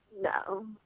No